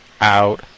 out